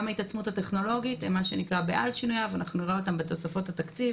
גם ההתעצמות הטכנולוגית נראה בתוספות התקציב